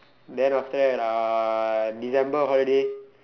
then after that uh December holiday